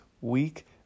week